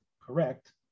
correct